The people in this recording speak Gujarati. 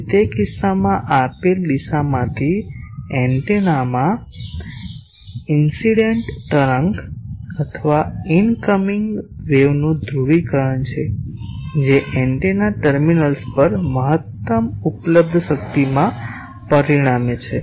તેથી તે કિસ્સામાં તે આપેલ દિશામાંથી એન્ટેનામાં ઇન્સીડેંટ તરંગ અથવા ઇનકમિંગ વેવનું ધ્રુવીકરણ છે જે એન્ટેના ટર્મિનલ્સ પર મહત્તમ ઉપલબ્ધ શક્તિમાં પરિણમે છે